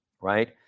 right